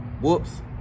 whoops